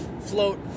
float